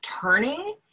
turning